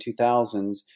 2000s